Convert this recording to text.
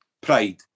pride